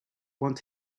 want